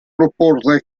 proporre